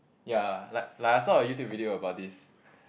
ya like like I saw a YouTube video about this